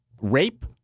rape